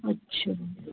अच्छा